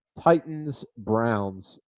Titans-Browns